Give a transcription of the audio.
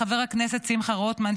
לחבר הכנסת שמחה רוטמן,